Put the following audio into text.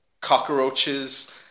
cockroaches